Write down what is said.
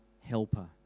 helper